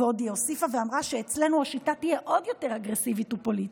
ועוד היא הוסיפה ואמרה שאצלנו השיטה תהיה עוד יותר אגרסיבית ופוליטית.